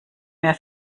mehr